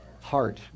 heart